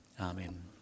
Amen